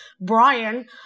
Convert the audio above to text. Brian